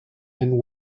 and